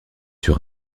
sur